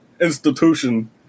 institution